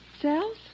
Cells